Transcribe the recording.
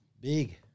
Big